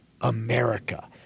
America